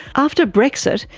after brexit,